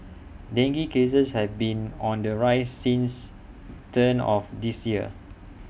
dengue cases have been on the rise since turn of the year